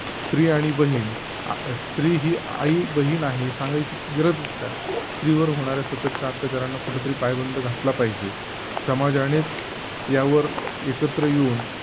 स्त्री आणि बहीण स्त्री ही आई बहीण आहे सांगायची गरजच काय स्त्रीवर होणाऱ्या सततच्या अत्याचारांना कुठंतरी पायबंद घातला पाहिजे समाजानेच यावर एकत्र येऊन